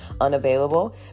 unavailable